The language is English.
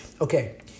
Okay